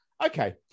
Okay